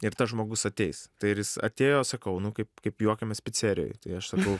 ir tas žmogus ateis tai ir jis atėjo sakau nu kaip kaip juokiamės picerijoj tai aš sakau